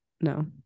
No